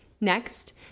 Next